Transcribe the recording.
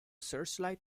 searchlight